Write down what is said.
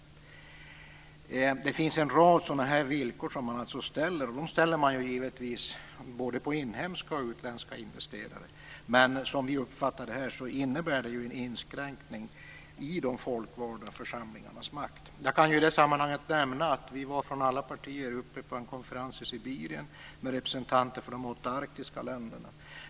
Det finns en rad sådana villkor som man ställer, och man ställer dem givetvis både på inhemska och utländska investerare. Men som vi uppfattar det här innebär det ju en inskränkning i de folkvalda församlingarnas makt. I det sammanhanget kan jag nämna att vi från alla partier var uppe på en konferens i Sibirien med representanter för de åtta arktiska länderna.